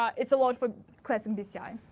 it's a lot for class in bci.